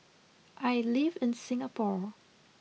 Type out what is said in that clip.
I live in Singapore